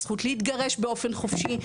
הזכות להתגרש באופן חופשי.